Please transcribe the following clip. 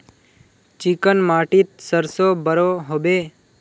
Chicken माटित सरसों बढ़ो होबे?